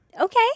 Okay